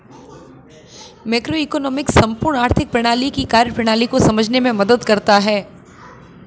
macroeconomics संपूर्ण आर्थिक प्रणाली की कार्यप्रणाली को समझने में मदद करता है